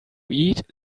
eat